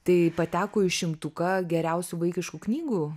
tai pateko į šimtuką geriausių vaikiškų knygų